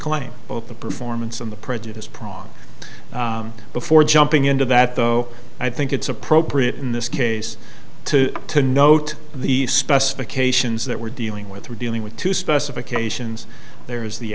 claim both the performance and the prejudice prong before jumping into that though i think it's appropriate in this case to to note the specifications that we're dealing with we're dealing with two specifications there is the